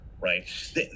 right